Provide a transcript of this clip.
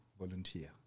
volunteer